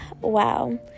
Wow